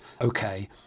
okay